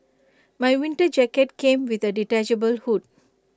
my winter jacket came with A detachable hood